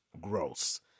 gross